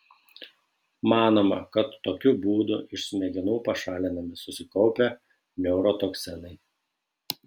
manoma kad tokiu būdu iš smegenų pašalinami susikaupę neurotoksinai